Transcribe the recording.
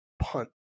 punt